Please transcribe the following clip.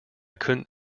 couldn’t